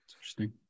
Interesting